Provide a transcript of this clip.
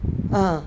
uh